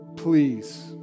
Please